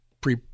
pre